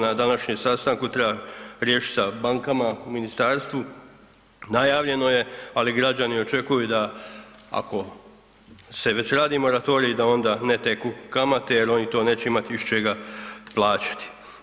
Na današnjem sastanku treba riješiti sa bankama u ministarstvu, najavljeno je, ali građani očekuju da ako se već radi moratorij da onda ne teku kamate jer oni to neće imat iz čega plaćati.